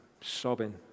sobbing